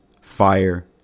fire